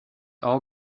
all